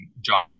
John